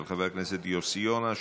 של חבר הכנסת יוסי יונה,